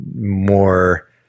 more